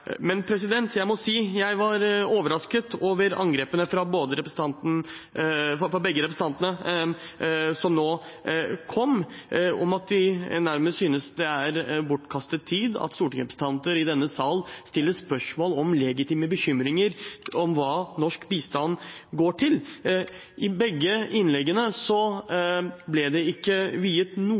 Men jeg må si jeg var overrasket over de angrepene som nå kom fra begge representantene som holdt innlegg, om at de nærmest synes det er bortkastet tid at stortingsrepresentanter i denne sal stiller spørsmål om legitime bekymringer for hva norsk bistand går til. Ingen av innleggene